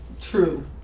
true